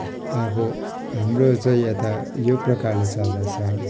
अब हाम्रो चाहिँ यता यो प्रकारले चल्दछ